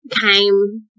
came